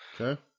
Okay